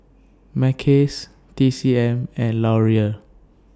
Mackays T C M and Laurier